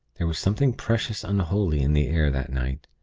there was something precious unholy in the air that night.